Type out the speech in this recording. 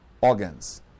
organs